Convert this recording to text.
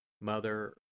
Mother